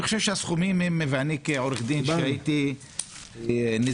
אני אומר כעורך דין שעסק בנזיקין,